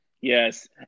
yes